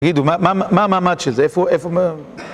תגידו, מה המעמד של זה? איפה, איפה...